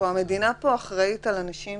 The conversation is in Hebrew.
הרי המדינה אחראית על אנשים